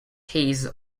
his